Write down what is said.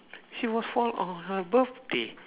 she was fall on her birthday